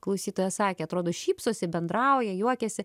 klausytojas sakė atrodo šypsosi bendrauja juokiasi